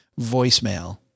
voicemail